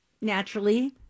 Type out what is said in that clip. naturally